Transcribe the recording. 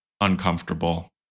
uncomfortable